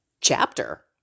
chapter